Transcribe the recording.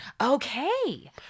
okay